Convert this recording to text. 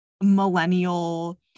millennial